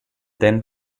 then